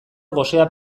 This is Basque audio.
gosea